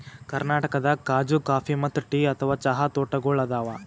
ಕರ್ನಾಟಕದಾಗ್ ಖಾಜೂ ಕಾಫಿ ಮತ್ತ್ ಟೀ ಅಥವಾ ಚಹಾ ತೋಟಗೋಳ್ ಅದಾವ